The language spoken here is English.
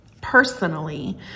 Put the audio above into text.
personally